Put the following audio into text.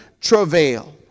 travail